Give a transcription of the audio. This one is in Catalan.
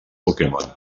pokémon